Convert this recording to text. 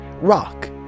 Rock